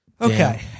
Okay